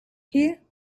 here